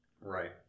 Right